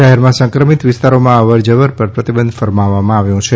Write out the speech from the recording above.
શહેરમાં સંક્રમિત વિસ્તારોમાં અવર જવર પર પ્રતિબંધ ફરમાવ્યો છે